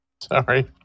sorry